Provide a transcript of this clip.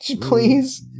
Please